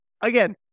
again